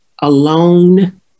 alone